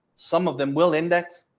some of them will index?